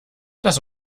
das